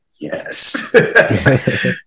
Yes